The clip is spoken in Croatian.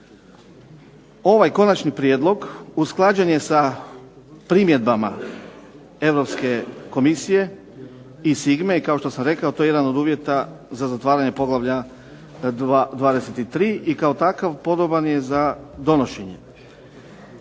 Ovaj konačni prijedlog usklađen je sa primjedbama Europske komisije i SIGMA-E i kao što sam rekao to je jedan od uvjeta za zatvaranje poglavlja 23 i kao takav podoban je za donošenje.